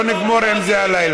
לא נגמור עם זה הלילה.